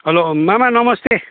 hello मामा नमस्ते